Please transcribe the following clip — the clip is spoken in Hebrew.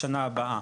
לשנה הבאה.